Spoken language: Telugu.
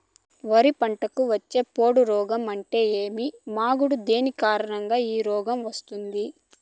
వరి పంటకు వచ్చే పొడ రోగం అంటే ఏమి? మాగుడు దేని కారణంగా ఈ రోగం వస్తుంది?